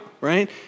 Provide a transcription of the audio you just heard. right